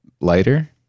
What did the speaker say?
lighter